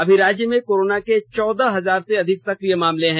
अभी राज्य में कोरोना के चौदह हजार से अधिक सकिय मामले हैं